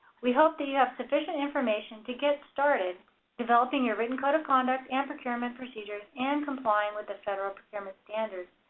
we hope that you have sufficient information to get started developing your written code of conduct and procurement procedures and complying with the federal procurement standards.